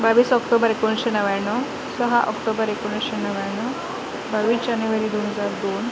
बावीस ऑक्टोबर एकोणीसशे नव्याण्णव सहा ऑक्टोबर एकोणीसशे नव्याण्णव बावीस जानेवारी दोन हजार दोन